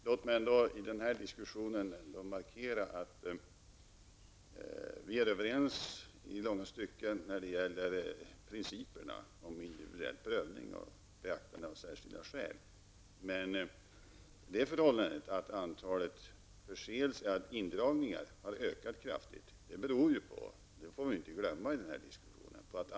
Låt mig ändå markera att vi i långa stycken är överens när det gäller principerna om individuell prövning och beaktande av särskilda skäl. Men det förhållandet att antalet indragningar har ökat kraftigt beror på att antalet förseelser har ökat. Det får vi inte glömma i den här diskussionen.